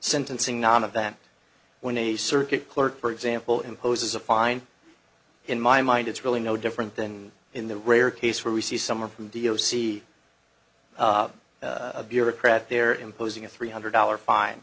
sentencing non of that when a circuit clerk for example imposes a fine in my mind it's really no different than in the rare case where we see someone from d o c a bureaucrat there imposing a three hundred dollar fine